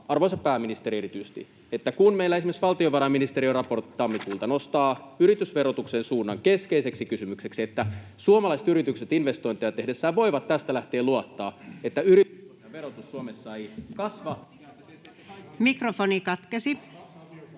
arvoisa pääministeri erityisesti, kun meillä esimerkiksi valtiovarainministeriön raportti tammikuulta nostaa yritysverotuksen suunnan keskeiseksi kysymykseksi, että suomalaiset yritykset investointeja tehdessään voivat tästä lähtien luottaa, että yrityspohjan verotus Suomessa ei kasva...